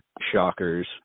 shockers